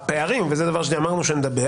הפערים ולגבי זה אמרנו שנדבר